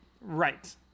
Right